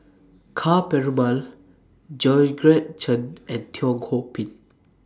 Ka Perumal Georgette Chen and Teo Ho Pin